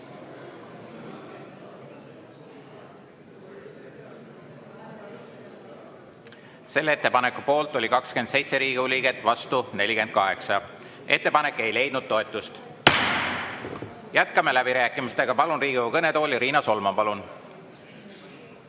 Selle ettepaneku poolt oli 27 Riigikogu liiget, vastu 48. Ettepanek ei leidnud toetust. Jätkame läbirääkimisi. Palun Riigikogu kõnetooli Riina Solmani. Palun!